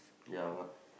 ya what